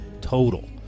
total